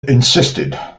insisted